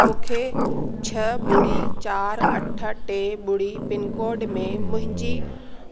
मूंखे छह ॿुड़ी चारि अठ टे ॿुड़ी पिनकोड में मुंहिंजी